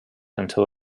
until